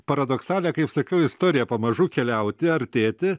paradoksalią kaip sakiau istoriją pamažu keliauti artėti